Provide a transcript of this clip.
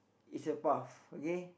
is a path okay